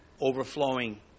overflowing